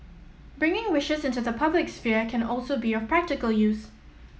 bringing wishes into the public sphere can also be of practical use